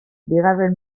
bigarren